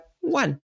one